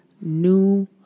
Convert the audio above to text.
new